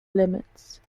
limits